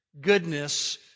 goodness